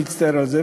נצטער על זה.